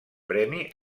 premi